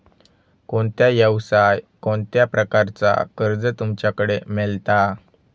कोणत्या यवसाय कोणत्या प्रकारचा कर्ज तुमच्याकडे मेलता?